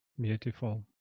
beautiful